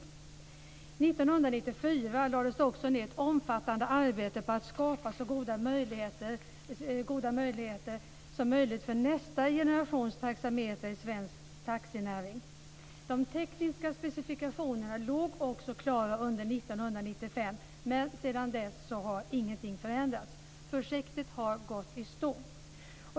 1994 lades det också ned ett omfattande arbete på att skapa bra möjligheter för nästa generation taxametrar i svensk taxinäring. De tekniska specifikationerna låg också klara under 1995, men sedan dess har ingenting förändrats. Projektet har gått i stå.